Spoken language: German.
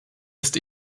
ist